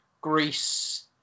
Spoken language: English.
Greece